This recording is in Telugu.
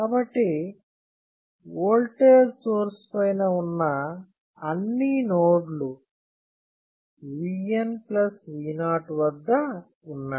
కాబట్టి ఓల్టేజ్ సోర్స్ పైన ఉన్న అన్ని నోడ్లు V n V 0 వద్ద ఉన్నాయి